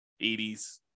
80s